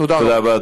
תודה רבה.